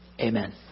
Amen